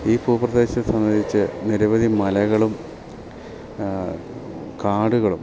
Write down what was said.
ഈ ഭൂപ്രദേശത്തെ സംബന്ധിച്ച് നിരവധി മലകളും കാടുകളും